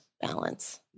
balance